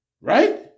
Right